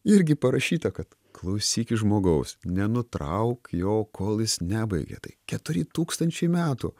irgi parašyta kad klausykis žmogaus nenutrauk jo kol jis nebaigė tai keturi tūkstančiai metų